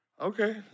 Okay